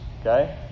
Okay